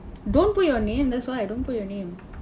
don't put your name that's why don't put your name